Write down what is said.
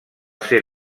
ser